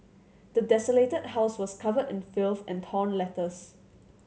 the desolated house was covered in filth and torn letters